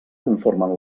conformen